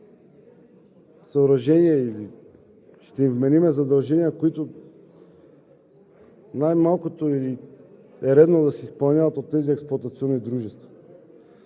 съоръжения. Ще им вменим задължения, които, най-малкото, е редно да се изпълняват от тези експлоатационни дружества.